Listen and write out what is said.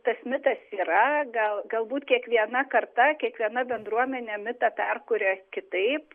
tas mitas yra gal galbūt kiekviena karta kiekviena bendruomenė mitą perkuria kitaip